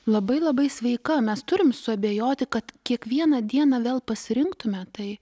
labai labai sveika mes turim suabejoti kad kiekvieną dieną vėl pasirinktume tai